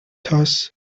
thus